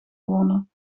gewonnen